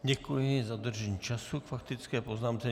Děkuji za dodržení času k faktické poznámce.